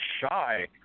shy